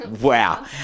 Wow